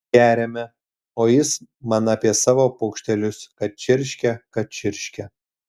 geriame o jis man apie savo paukštelius kad čirškia kad čirškia